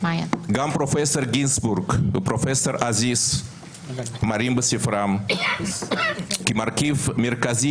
גם פרופ' גינסבורג ופרופ' עזיז מראים בספרם כי מרכיב מרכזי